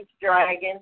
Dragon